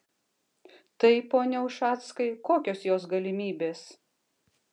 tai pone ušackai kokios jos galimybės